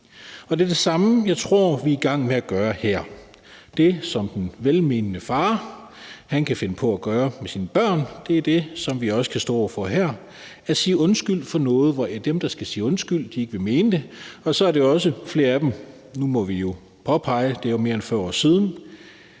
Det er det samme, jeg tror at vi er i gang med at gøre her. Det, som den velmenende far kan finde på at gøre ved sine børn, er det, som vi også kan stå over for her, nemlig at sige undskyld for noget, som dem, der skal sige undskyld, ikke mener. Og så må vi påpege, at da det jo er mere end 40 år siden,